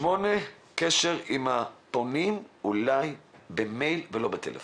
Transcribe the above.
דבר שמיני, קשר הפונים אולי במייל ולא בטלפון.